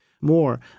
more